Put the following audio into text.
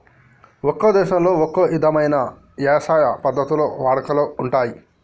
ఒక్కో దేశంలో ఒక్కో ఇధమైన యవసాయ పద్ధతులు వాడుకలో ఉంటయ్యి